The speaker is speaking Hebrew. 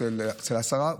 אצל השרה,